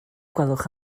gwelwch